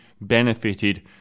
benefited